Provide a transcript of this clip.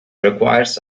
requires